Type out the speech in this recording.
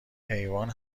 حیوان